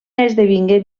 esdevingué